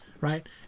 right